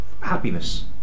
happiness